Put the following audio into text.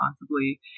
responsibly